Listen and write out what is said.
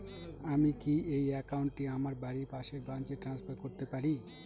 আমি কি এই একাউন্ট টি আমার বাড়ির পাশের ব্রাঞ্চে ট্রান্সফার করতে পারি?